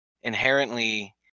inherently